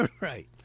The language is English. Right